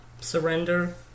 surrender